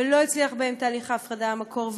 ולא הצליח בהם תהליך ההפרדה במקור,